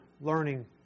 learning